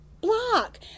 block